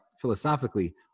philosophically